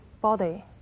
body